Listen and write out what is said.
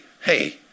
hey